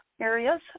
areas